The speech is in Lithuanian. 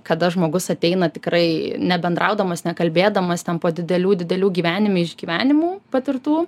kada žmogus ateina tikrai nebendraudamas nekalbėdamas ten po didelių didelių gyvenime išgyvenimų patirtų